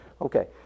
Okay